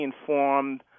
informed